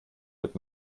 wird